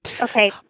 Okay